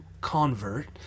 convert